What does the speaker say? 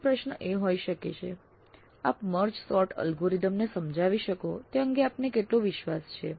બીજો પ્રશ્નએ હોઈ શકે છે આપ મર્જ સૉર્ટ અલ્ગોરિધમ ને સમજાવી શકો તે અંગે આપને કેટલો વિશ્વાસ છે